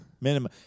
Minimum